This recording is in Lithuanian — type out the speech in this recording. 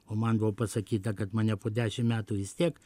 o man buvo pasakyta kad mane po dešimt metų vis tiek